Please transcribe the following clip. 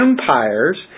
empires